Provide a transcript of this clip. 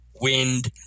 wind